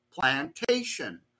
plantation